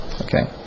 okay